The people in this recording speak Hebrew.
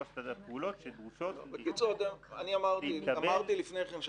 שלוש הפעולות שדרושות --- אמרתי לפני כן,